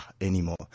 anymore